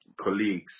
colleagues